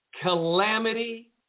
calamity